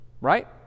right